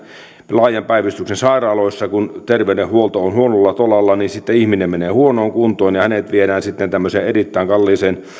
laajan päivystyksen sairaaloissa kun terveydenhuolto on huonolla tolalla sitten ihminen menee huonoon kuntoon ja hänet viedään sitten tämmöiseen erittäin kalliiseen